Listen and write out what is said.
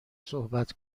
صحبت